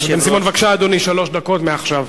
בבקשה, אדוני, שלוש דקות מעכשיו.